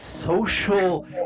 social